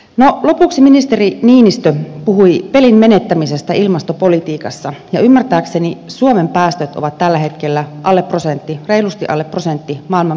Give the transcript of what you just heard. no lopuksi ministeri niinistö puhui pelin menettämisestä ilmastopolitiikassa ja ymmärtääkseni suomen päästöt ovat tällä hetkellä alle prosentin reilusti alle prosentin maailman päästöistä